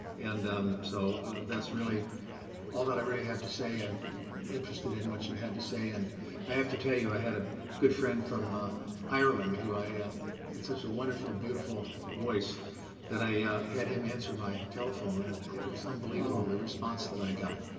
and so that's really all that i really have to say. i'm interested in what you had to say. and i have to tell you, i had a good friend from ah ireland who had such a wonderful, beautiful voice that i had him answer my telephone. and it was unbelievable the response that i got.